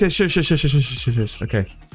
Okay